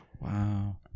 Wow